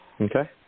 Okay